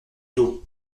tôt